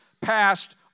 passed